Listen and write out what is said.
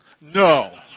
No